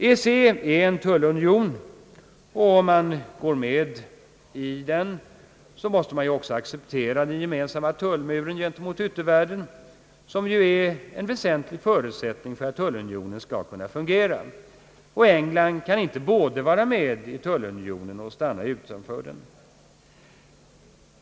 EEC är en tullunion, och om man går med i den måste man också acceptera den gemensamma tullmur gentemot yttervärlden som är en väsentlig förutsättning för att tullunionen skall kunna fungera. England kan inte både vara med i tullunionen och stanna utanför den.